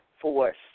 force